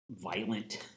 violent